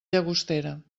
llagostera